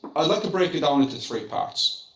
i'd like to break it down into three parts.